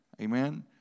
Amen